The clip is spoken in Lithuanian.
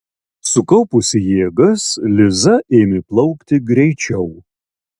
sukaupusi jėgas liza ėmė plaukti greičiau